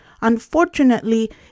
unfortunately